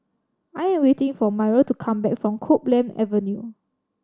I am waiting for Myrl to come back from Copeland Avenue